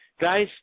Guys